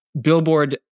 billboard